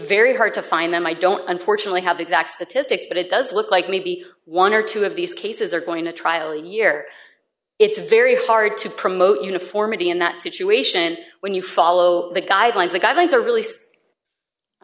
very hard to find them i don't unfortunately have exact statistics but it does look like maybe one or two of these cases are going to trial year it's very hard to promote uniformity in that situation when you follow the guidelines the guidelines are re